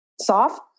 soft